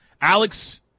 Alex